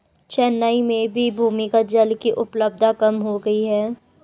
चेन्नई में भी भूमिगत जल की उपलब्धता कम हो गई है